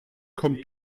kommt